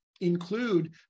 Include